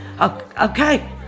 Okay